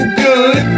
good